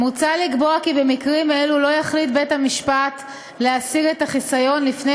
מוצע לקבוע כי במקרים אלה לא יחליט בית-המשפט להסיר את החיסיון לפני